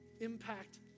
impact